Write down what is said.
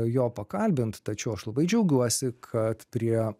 jo pakalbint tačiau aš labai džiaugiuosi kad prie